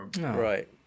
Right